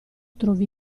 trovi